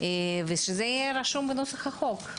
ושזה יהיה רשום בנוסח החוק.